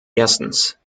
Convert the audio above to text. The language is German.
erstens